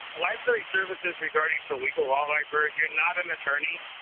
library services regarding to legal law library, you're not an attorney.